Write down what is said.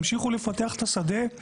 תמשיכו לפתח את השדה.